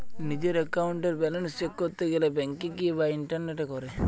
নিজের একাউন্টের balance check করতে গেলে ব্যাংকে গিয়ে বা ইন্টারনেটে করে